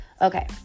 Okay